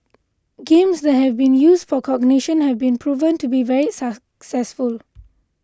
games that have been used for cognition have proven to be very successful